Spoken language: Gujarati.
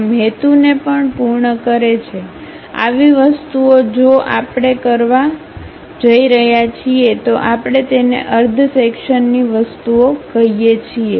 આમ હેતુને પણ પૂર્ણ કરે છે આવી વસ્તુઓ જો આપણે કરવા જઇ રહ્યા છીએ તો આપણે તેને અર્ધ સેક્શન્ની વસ્તુઓ કહીએ છીએ